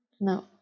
No